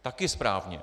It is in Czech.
Taky správně.